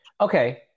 Okay